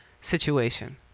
situation